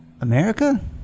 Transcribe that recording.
America